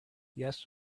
yes